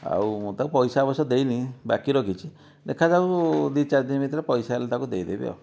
ଆଉ ମୁଁ ତାକୁ ପଇସା ଅବଶ୍ୟ ଦେଇନି ବାକି ରଖିଛି ଦେଖାଯାଉ ଦି ଚାରି ଦିନ ଭିତରେ ପଇସା ହେଲେ ତାକୁ ଦେଇଦେବି ଆଉ